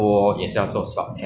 全部的人都要这样